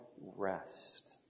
rest